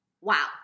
Wow